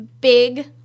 big